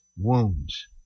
wounds